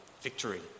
Victory